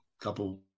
couple